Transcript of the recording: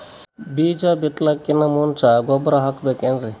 ಬೀಜ ಬಿತಲಾಕಿನ್ ಮುಂಚ ಗೊಬ್ಬರ ಹಾಕಬೇಕ್ ಏನ್ರೀ?